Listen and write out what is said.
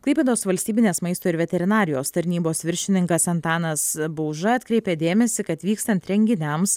klaipėdos valstybinės maisto ir veterinarijos tarnybos viršininkas antanas bauža atkreipė dėmesį kad vykstant renginiams